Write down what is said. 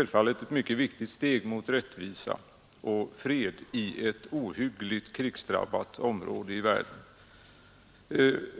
självfallet ett mycket viktigt steg mot rättvisa och fred i ett ohyggligt krigsdrabbat område av världen.